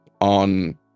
on